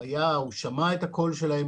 הוא שמע את הקול שלהם,